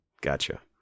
Gotcha